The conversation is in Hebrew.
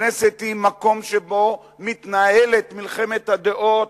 הכנסת היא מקום שבו מתנהלת מלחמת הדעות,